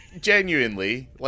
genuinely